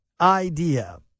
idea